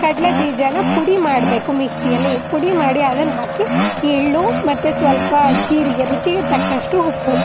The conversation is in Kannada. ಕಡಲೇ ಬೀಜನ ಪುಡಿ ಮಾಡಬೇಕು ಮಿಕ್ಸಿಯಲ್ಲಿ ಪುಡಿ ಮಾಡಿ ಅದನ್ನ ಹಾಕಿ ಎಳ್ಳು ಮತ್ತೆ ಸ್ವಲ್ಪ ಜೀರಿಗೆ ರುಚಿಗೆ ತಕ್ಕಷ್ಟು ಉಪ್ಪು